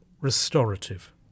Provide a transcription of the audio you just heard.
restorative